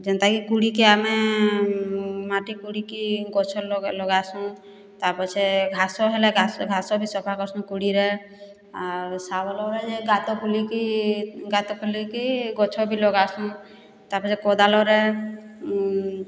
ଜେନ୍ତାକି କୁଡ଼ିକେ ଆମେ ମାଟି ଗୁଡ଼ିକି ଗଛ ଲଗାସୁଁ ତା ପଛେ ଘାସ ହେଲେ ଘାସ ଘାସ ବି ସଫା କର୍ସୁଁ କୁଡ଼ିରେ ଆଉ ସାବଳରେ ଯେ ଗାତ ଖୁଲିକି ଗାତ ଖୁଳିକି ଗଛ ବି ଲଗାସୁଁ ତାପରେ କୋଦାଳରେ